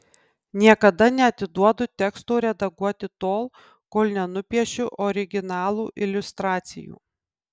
niekada neatiduodu teksto redaguoti tol kol nenupiešiu originalų iliustracijų